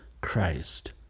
Christ